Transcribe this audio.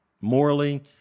Morally